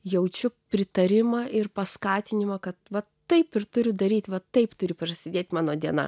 jaučiu pritarimą ir paskatinimą kad va taip ir turiu daryti va taip turi prasidėti mano diena